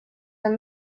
amb